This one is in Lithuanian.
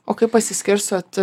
o kaip pasiskirstot